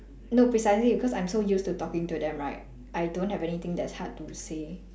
no precisely because I'm so used to talking to them right I don't have anything that's hard to say